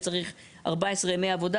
וצריך 14 ימי עבודה.